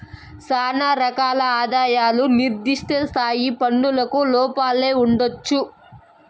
శానా రకాల ఆదాయాలు నిర్దిష్ట స్థాయి పన్నులకు లోపలే ఉండొచ్చు